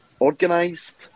organised